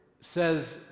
says